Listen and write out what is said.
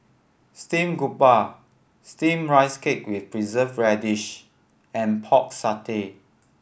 steamed grouper Steamed Rice Cake with Preserved Radish and Pork Satay